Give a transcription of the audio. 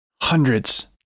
hundreds